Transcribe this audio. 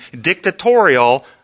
dictatorial